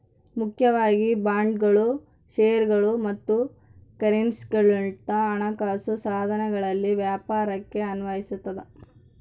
ಮುಖ್ಯವಾಗಿ ಬಾಂಡ್ಗಳು ಷೇರುಗಳು ಮತ್ತು ಕರೆನ್ಸಿಗುಳಂತ ಹಣಕಾಸು ಸಾಧನಗಳಲ್ಲಿನ ವ್ಯಾಪಾರಕ್ಕೆ ಅನ್ವಯಿಸತದ